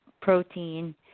protein